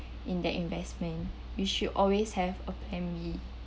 in the investment you should always have a plan B